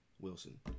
Wilson